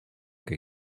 que